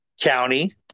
county